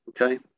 okay